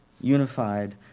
unified